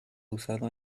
usado